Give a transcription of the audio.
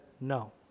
no